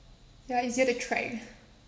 ya easier to track